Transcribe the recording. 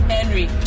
Henry